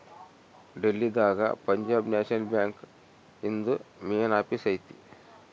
ಡೆಲ್ಲಿ ದಾಗ Punjab national bank ಇಂದು main office ಐತಿ